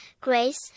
grace